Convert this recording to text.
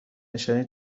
نشانی